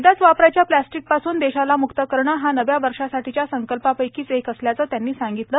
एकदाच वापरायच्या प्लास्टिकपासून देशाला मुक्त करणं हा नव्या वर्षासाठीच्या संकल्पांपैकीच एक असल्याचं त्यांनी सांगितलं